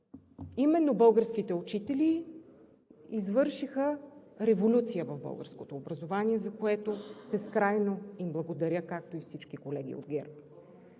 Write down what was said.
именно българските учители извършиха революция в българското образование, за което безкрайно им благодаря, както и всички колеги от ГЕРБ.